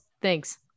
Thanks